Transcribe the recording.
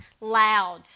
loud